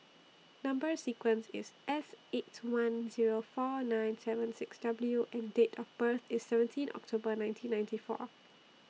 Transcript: Number sequence IS S eight one Zero four nine seven six W and Date of birth IS seventeen October nineteen ninety four